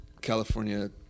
California